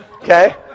Okay